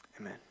Amen